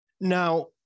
Now